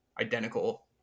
identical